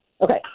Okay